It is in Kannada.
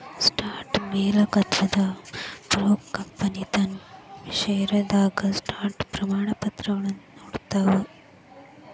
ಸ್ಟಾಕ್ ಮಾಲೇಕತ್ವದ ಪ್ರೂಫ್ಗೆ ಕಂಪನಿಗಳ ತಮ್ ಷೇರದಾರರಿಗೆ ಸ್ಟಾಕ್ ಪ್ರಮಾಣಪತ್ರಗಳನ್ನ ನೇಡ್ತಾವ